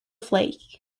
flake